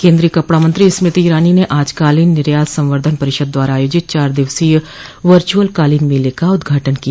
केन्द्रीय कपड़ा मंत्री स्मृति ईरानी ने आज कालीन निर्यात संवर्धन परिषद द्वारा आयोजित चार दिवसीय वर्च्रअल कालीन मेले का उद्घाटन किया